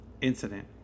Incident